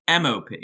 MOP